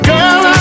Girl